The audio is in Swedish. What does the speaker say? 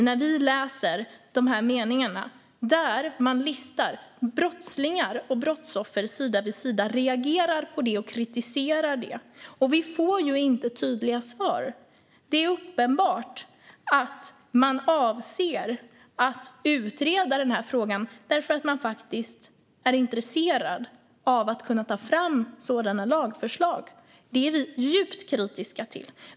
När vi läser meningarna där man listar brottslingar och brottsoffer sida vid sida är det klart att vi reagerar på det och kritiserar det. Och vi får ju inte tydliga svar - det är uppenbart att man avser att utreda den här frågan därför att man faktiskt är intresserad av att kunna ta fram sådana lagförslag. Det är vi djupt kritiska till.